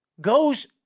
goes